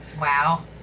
Wow